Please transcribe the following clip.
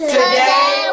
Today